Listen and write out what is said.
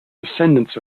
descendants